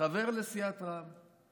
חבר סיעת רע"מ.